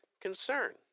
concern